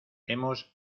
hemos